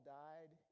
died